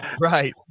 right